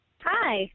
Hi